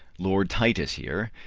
lord titus here,